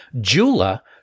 Jula